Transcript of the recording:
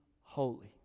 holy